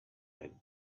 had